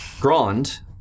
Grand